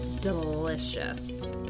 Delicious